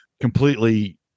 completely